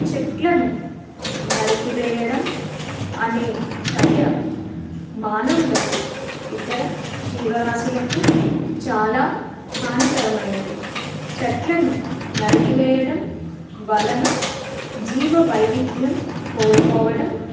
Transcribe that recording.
చెట్లను నరికివేయడం అనే చర్య మానవులకు ఇతర జీవరాసులకు చాలా హానికరమైనది చెట్లను నరికివేయడం వలన జీవ వైవిధ్యం కోల్పోవడం